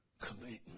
commitment